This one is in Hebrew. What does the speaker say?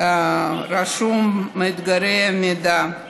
רשם מאגרי המידע,